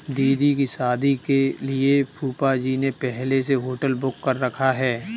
दीदी की शादी के लिए फूफाजी ने पहले से होटल बुक कर रखा है